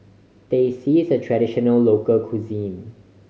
Teh C is a traditional local cuisine